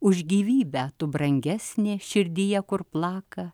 už gyvybę tu brangesnė širdyje kur plaka